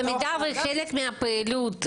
במידה וחלק מהפעילות,